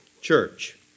church